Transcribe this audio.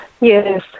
Yes